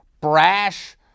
brash